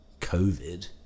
COVID